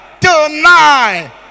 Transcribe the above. tonight